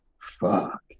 fuck